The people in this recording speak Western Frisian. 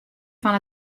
fan